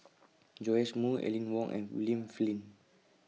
Joash Moo Aline Wong and William Flint